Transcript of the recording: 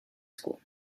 school